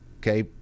Okay